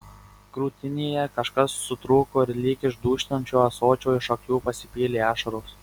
krūtinėje kažkas sutrūko ir lyg iš dūžtančio ąsočio iš akių pasipylė ašaros